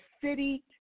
city